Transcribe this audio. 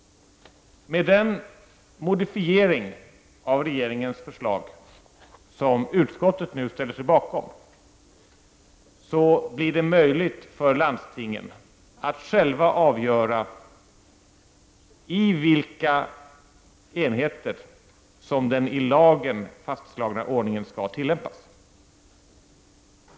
Med den modifiering av regeringens förslag som utskottet nu ställer sig bakom blir det möjligt för landstingen att själva avgöra i vilka enheter som den i lagen fastslagna ordningen skall tillämpas.